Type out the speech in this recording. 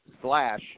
slash